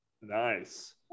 nice